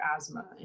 asthma